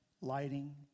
lighting